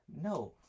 No